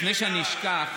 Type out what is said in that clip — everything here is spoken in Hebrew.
לפני שאשכח,